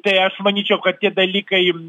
tai aš manyčiau kad tie dalykai